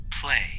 play